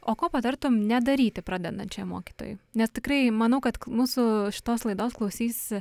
o ko patartum nedaryti pradedančiam mokytojui nes tikrai manau kad mūsų šitos laidos klausysi